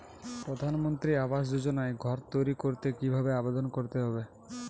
প্রধানমন্ত্রী আবাস যোজনায় ঘর তৈরি করতে কিভাবে আবেদন করতে হবে?